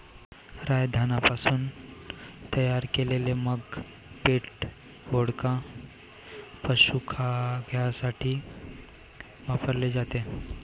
राय धान्यापासून तयार केलेले मद्य पीठ, वोडका, पशुखाद्यासाठी वापरले जाते